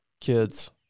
kids